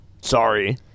sorry